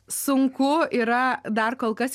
sunku yra dar kol kas